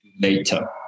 later